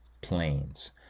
planes